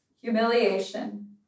humiliation